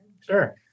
Sure